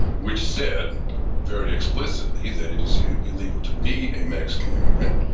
which said very explicitly that it is yeah illegal to be a mexican immigrant,